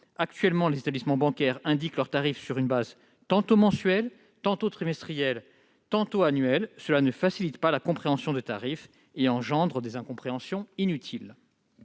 Actuellement, les établissements bancaires indiquent leurs tarifs sur une base tantôt mensuelle, tantôt trimestrielle, tantôt annuelle ; cela ne facilite pas la compréhension des tarifs et engendre des malentendus inutiles.